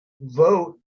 vote